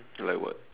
like what